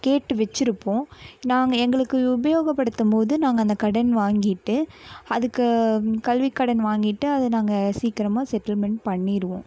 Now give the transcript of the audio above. கேட்டு வைச்சிருப்போம் நாங்கள் எங்களுக்கு உபயோகப்படுத்தபோது நாங்கள் அந்த கடன் வாங்கிவிட்டு அதுக்கு கல்விக்கடன் வாங்கிவிட்டு அது நாங்கள் சீக்கிரமாக செட்டில்மெண்ட் பண்ணிடுவோம்